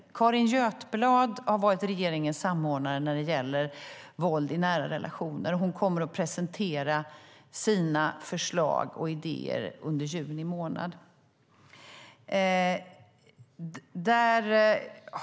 Carin Götblad har varit regeringens samordnare när det gäller våld i nära relationer. Hon kommer att presentera sina förslag och idéer under juni månad.